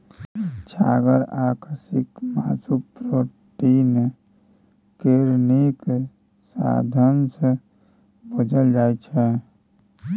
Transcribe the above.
छागर आ खस्सीक मासु प्रोटीन केर नीक साधंश बुझल जाइ छै